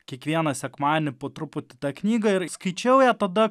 kiekvieną sekmadienį po truputį tą knygą ir skaičiau ją tada